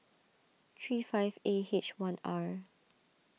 three five A H one R